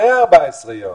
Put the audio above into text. אחרי 14 יום.